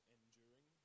Enduring